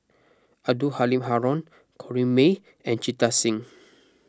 Abdul Halim Haron Corrinne May and Jita Singh